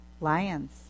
lions